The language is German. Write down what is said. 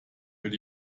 will